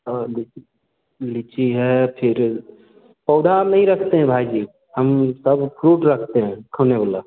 और लीची लीची है फिर पौधा हम नहीं रखते हैं भाई जी हम सब फ़्रूट रखते हैं खाने वाला